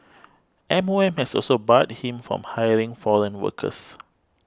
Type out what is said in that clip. M O M has also barred him from hiring foreign workers